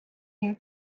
you